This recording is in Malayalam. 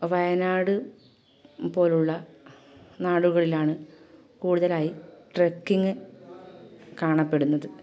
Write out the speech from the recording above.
വയനാട് പോലെയുള്ള നാടുകളിലാണ് കൂടുതലായും ട്രക്കിങ് കാണപ്പെടുന്നത്